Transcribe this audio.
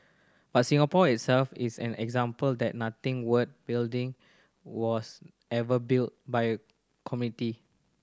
but Singapore itself is an example that nothing worth building was ever built by a committee